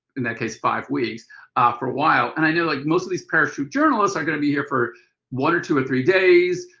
in that case, five weeks for a while. and i know like most of these paratroop journalists are going to be here for one or two or three days,